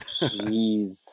Jeez